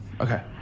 Okay